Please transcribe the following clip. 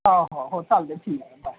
हो हो हो चालतंय ठीक आहे बाय